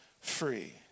free